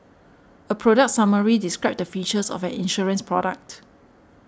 a product summary describes the features of an insurance product